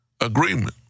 agreement